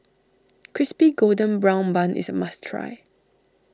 Crispy Golden Brown Bun is a must try